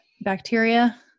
bacteria